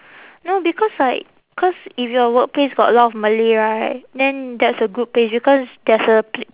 no because like cause if your workplace got a lot of malay right then that's a good place because there's a pl~